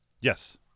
Yes